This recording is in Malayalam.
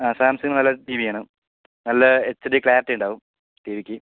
ആ സാംസങ്ങ് നല്ല ടീവിയാണ് നല്ല എച്ച് ഡി ക്ലാരിറ്റി ഉണ്ടാവും ടീവിക്ക്